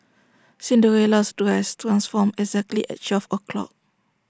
Cinderella's dress transformed exactly at twelve o'clock